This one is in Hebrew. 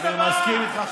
אני מסכים איתך,